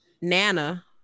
Nana